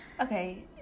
Okay